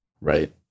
Right